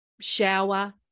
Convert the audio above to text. shower